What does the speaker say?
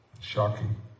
Shocking